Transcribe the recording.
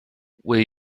will